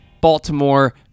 Baltimore